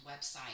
website